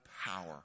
power